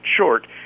short